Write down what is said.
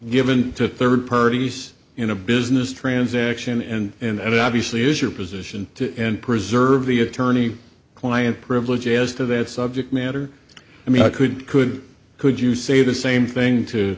given to third parties in a business transaction and and that obviously is your position and preserve the attorney client privilege as to that subject matter i mean i could could could you say the same thing to